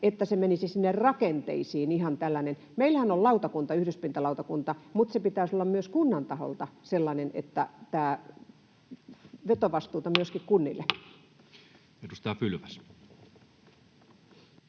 että se menisi sinne rakenteisiin, ihan tällainen. Meillähän on lautakunta, yhdyspintalautakunta, mutta sen pitäisi olla myös kunnan taholta sellainen, että vetovastuuta on myöskin kunnilla. [Speech 681]